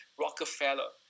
Rockefeller